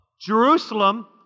Jerusalem